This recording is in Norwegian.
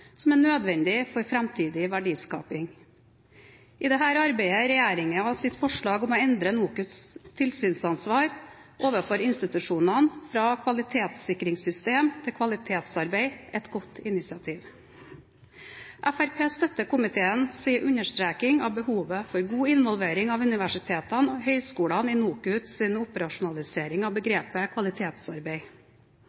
som er nødvendig for framtidig verdiskaping. I dette arbeidet er regjeringens forslag om å endre NOKUTs tilsynsansvar overfor institusjonene fra kvalitetssikringssystem til kvalitetsarbeid et godt initiativ. Fremskrittspartiet støtter komiteens understreking av behovet for god involvering av universitetene og høyskolene i NOKUTs operasjonalisering av